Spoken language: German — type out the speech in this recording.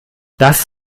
das